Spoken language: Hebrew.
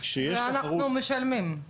ואנחנו משלמים.